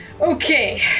Okay